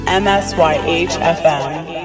M-S-Y-H-F-M